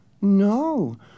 No